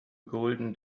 golden